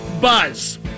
buzz